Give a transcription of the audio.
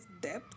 depth